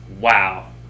wow